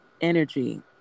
energy